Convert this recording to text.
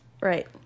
Right